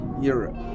Europe